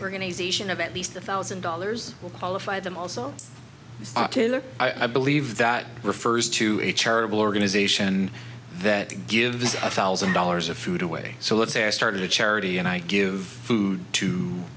organization of at least a thousand dollars will qualify them also i believe that refers to a charitable organization that gives a thousand dollars of food away so let's say i started a charity and i give food to